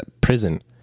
prison